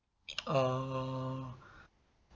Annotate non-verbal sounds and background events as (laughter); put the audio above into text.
oh (breath)